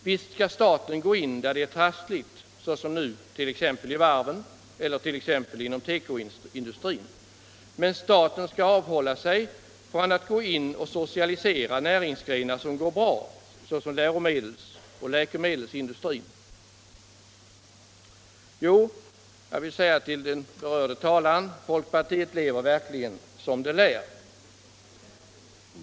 Visst skall staten gå in där det är trassligt, såsom nu i varvsoch tekoindustrierna, men staten skall avhålla sig från att socialisera näringsgrenar som går bra, såsom läromedelsproduktionen och läkemedelsindustrin. Till den berörda talaren vill jag alltså säga: Jo, folkpartiet lever verkligen som det lär.